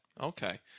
Okay